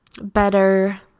better